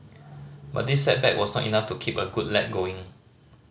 but this setback was not enough to keep a good lad going